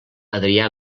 adrià